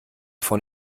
von